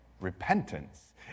Repentance